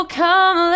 come